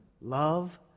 love